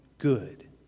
good